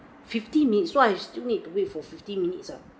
fifteen minutes so I still need to wait for fifteen minutes ah